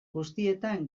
guztietan